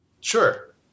Sure